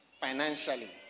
financially